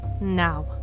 now